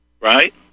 Right